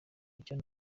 icyo